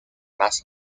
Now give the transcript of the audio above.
más